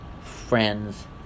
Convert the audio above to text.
friends